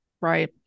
Right